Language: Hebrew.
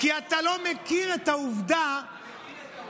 כי אתה לא מכיר את העובדה, אני מכיר את העובדה.